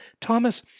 Thomas